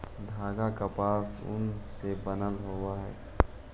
धागा कपास या ऊन से बनल होवऽ हई